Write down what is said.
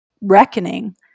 reckoning